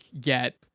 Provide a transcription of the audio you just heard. get